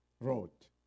wrote